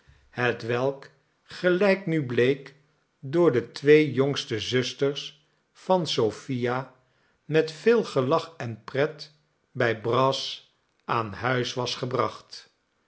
hetwelk gelijk nu bleek door de twee jongste zusters van sophia met veel gelach en pret bij brass aan huis was gebracht